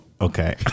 Okay